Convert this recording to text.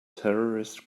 terrorist